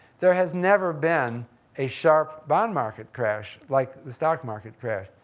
there has never been a sharp bond market crash like the stock market crash.